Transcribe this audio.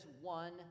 one